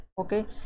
Okay